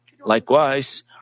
Likewise